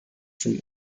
from